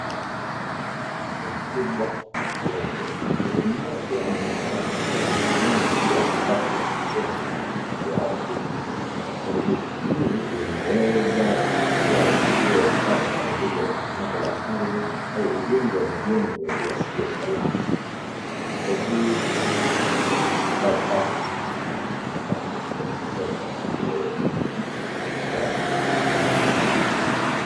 Moshi mkubwa wa jengo. Mtoto mmoja anaonekana akiwa amesimama juu ya mabaki ya majengo yaliyoharibika. Uhairibifu huu unaweza kuwa matokeo ya makosa kama vile matetemeko ya ardhi au ujenzi wa majengo yasiyo salama. Hili picha.